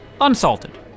unsalted